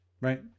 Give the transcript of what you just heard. Right